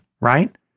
right